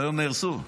והיום נהרסו.